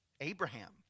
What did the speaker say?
Abraham